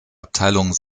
abteilung